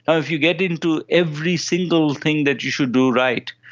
and if you get into every single thing that you should do right,